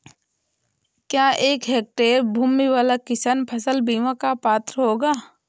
क्या एक हेक्टेयर भूमि वाला किसान फसल बीमा का पात्र होगा?